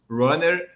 runner